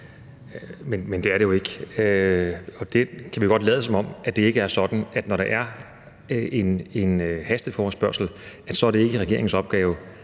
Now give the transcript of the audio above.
Men det er det jo ikke. Vi kan godt lade, som om det ikke er sådan, at når der er en hasteforespørgsel, så er det ikke regeringens opgave